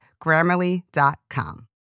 Grammarly.com